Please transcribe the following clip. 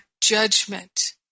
judgment